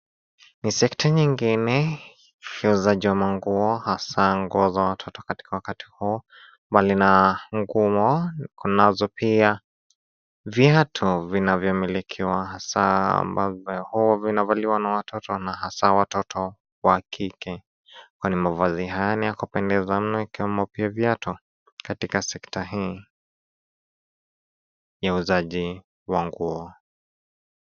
Ni sekta nyingine, ya uuzaji wa manguo hasaa nguo za watoto katika wakati huu, mbali na nguo, kunazo pia, viatu vinavyomilikiwa hasaa ambavyo vinavaliwa na watoto na hasaa watoto, wa kike, kwani mavazi haya ni ya kupendeza mno ikiwemo pia viatu, katika sekta hii, ya uuzaji, wa nguo.